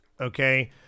Okay